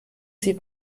sie